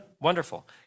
Wonderful